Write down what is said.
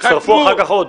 הצטרפו אחר כך עוד.